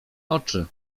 oczy